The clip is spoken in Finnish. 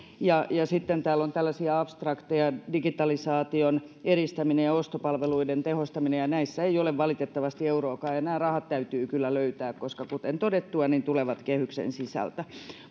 sitten täällä on tällaisia abstrakteja asioita digitalisaation edistäminen ja ostopalveluiden tehostaminen ja näissä ei ole valitettavasti euroakaan ja nämä rahat täytyy kyllä löytää koska kuten todettu ne tulevat kehyksen sisältä